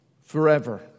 forever